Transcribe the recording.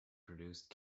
produced